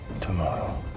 tomorrow